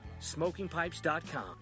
SmokingPipes.com